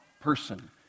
person